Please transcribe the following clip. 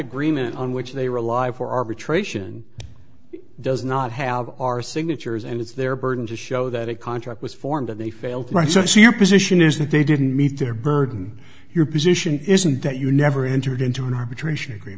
agreement on which they rely for arbitration does not have our signatures and it's their burden to show that a contract was formed that they failed to write so your position is that they didn't meet their burden your position isn't that you never entered into an arbitration agree